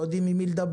לא יודעים עם מי לדבר.